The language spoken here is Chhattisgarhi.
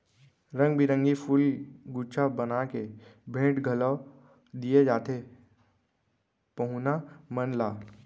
रंग बिरंगी फूल के गुच्छा बना के भेंट घलौ दिये जाथे पहुना मन ला